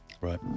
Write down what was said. Right